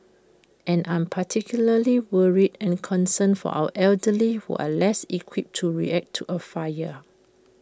and I'm particularly worried and concerned for our elderly who are less equipped to react to A fire